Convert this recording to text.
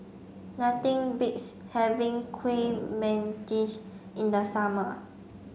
nothing beats having Kueh Manggis in the summer